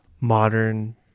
modern